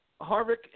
Harvick